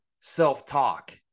self-talk